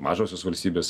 mažosios valstybės